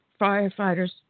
firefighters